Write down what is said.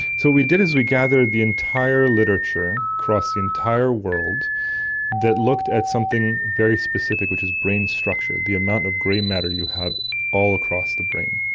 so what we did is we gathered the entire literature across the entire world that looked at something very specific which is brain structure, the amount of grey matter you have all across the brain.